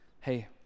hey